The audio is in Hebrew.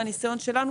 מן הניסיון שלנו,